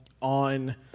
on